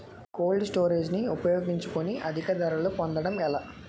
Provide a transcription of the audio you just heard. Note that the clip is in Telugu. కోల్డ్ స్టోరేజ్ ని ఉపయోగించుకొని అధిక ధరలు పొందడం ఎలా?